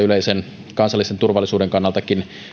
yleisen kansallisen turvallisuudenkin kannalta